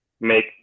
make